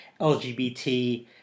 LGBT